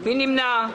מי נמנע?